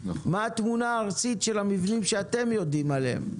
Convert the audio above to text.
מה התמונה הארצית של המבנים שאתם יודעים עליהם?